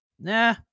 Nah